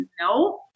no